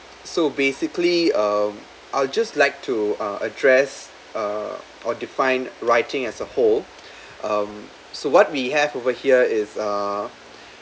so basically um I'll just like to uh address uh or define writing as a whole um so what we have over here is uh